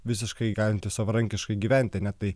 visiškai galinti savarankiškai gyventi ne tai